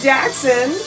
Jackson